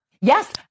Yes